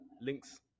links